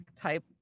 type